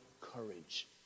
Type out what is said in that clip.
courage